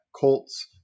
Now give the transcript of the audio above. Colts